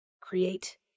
Create